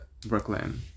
Brooklyn